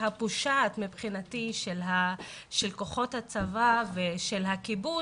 הפושעת מבחינתי של כוחות הצבא ושל הכיבוש,